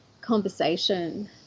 conversation